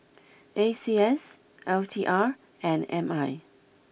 A C S L T R and M I